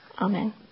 Amen